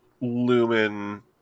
Lumen